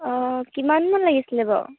অঁ কিমানমান লাগিছিলে বাৰু